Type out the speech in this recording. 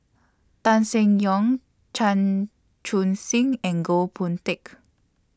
Tan Seng Yong Chan Chun Sing and Goh Boon Teck